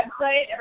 website